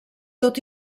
tot